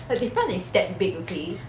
the different is that big okay